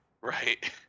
right